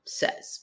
says